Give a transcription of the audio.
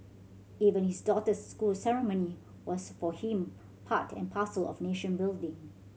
even his daughter's school ceremony was for him part and parcel of nation building